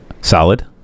Solid